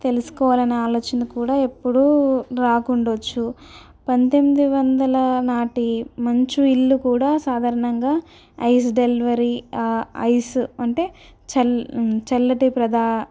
తెలుసుకోవాలని ఆలోచన కూడా ఎప్పుడూ రాకుండొచ్చు పంతొమ్మిది వందల నాటి మంచు ఇల్లు కూడా సాధారణంగా ఐస్ డెలివరీ ఐస్ అంటే చల్ల చల్లటి ప్రదా